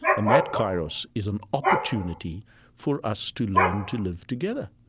and that kairos is an opportunity for us to learn to live together.